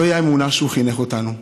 זוהי האמונה שהוא חינך אותנו.